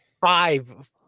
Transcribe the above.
five